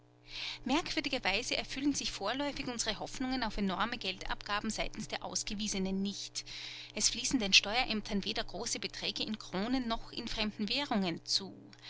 merkwürdigerweise erfüllen sich vorläufig unsere hoffnungen auf enorme geldabgaben seitens der ausgewiesenen nicht es fließen den steuerämtern weder große beträge in kronen noch in fremden währungen zu